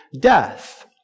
death